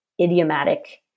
idiomatic